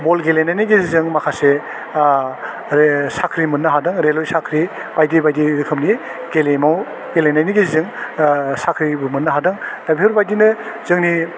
बल गेलेनायनि गेजेरजों माखासे साख्रि मोननो हादों रेलाव साख्रि बायदि बायदि रोखोमनि गेलेमु गेलेनायनि गेजेरजों साख्रिबो मोननो हादों दा बेफोरबायदिनो जोंनि